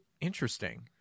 interesting